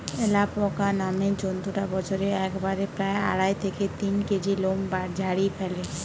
alpaca নামের জন্তুটা বছরে একবারে প্রায় আড়াই থেকে তিন কেজি লোম ঝাড়ি ফ্যালে